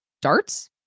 Darts